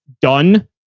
done